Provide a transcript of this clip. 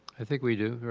i think we do, right.